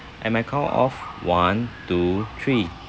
at my count of one two three